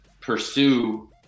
pursue